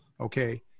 okay